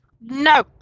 No